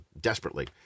desperately